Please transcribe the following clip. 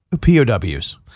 POWs